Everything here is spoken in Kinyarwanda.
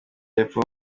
y’epfo